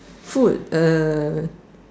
food uh